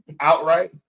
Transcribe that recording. outright